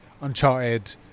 Uncharted